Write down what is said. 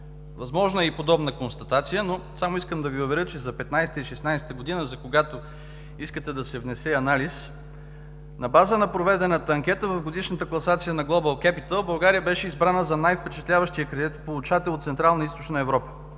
Възможна е и подобна констатация, но искам да Ви уверя, че за 2015 г. и 2016 г., за когато искате да се внесе анализ, на база на проведената анкета в годишната класация на „Глобъл Кепитъл“, България беше избрана за най-впечатляващия кредитополучател от Централна и Източна Европа.